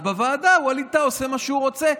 אז בוועדה ווליד טאהא עושה מה שהוא רוצה,